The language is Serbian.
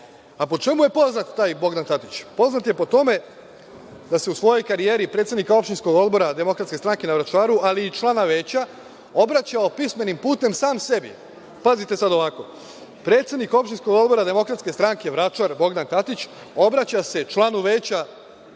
Po čemu je poznat taj Bogdan Tatić? Poznat je po tome da se u svojoj karijeri predsednika opštinskog odbora DS na Vračaru, ali i člana veća, obraćao pismenim putem sam sebi. Pazite sada ovako, predsednik opštinskog odbora DS Vračar Bogdan Tatić, obraća se članu veća